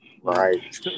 Right